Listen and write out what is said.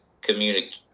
communicate